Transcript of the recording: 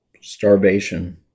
starvation